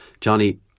Johnny